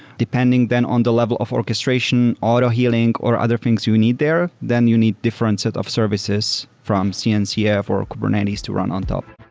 depending then on the level of orchestration, autohealing or other things you need there, then you need different set of services from cncf or kubernetes to run on top